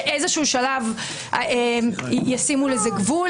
באיזה שלב ישימו לזה גבול?